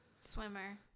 Swimmer